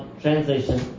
translation